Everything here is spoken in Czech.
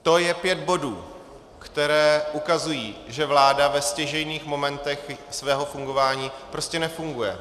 To je pět bodů, které ukazují, že vláda ve stěžejních momentech svého fungování prostě nefunguje.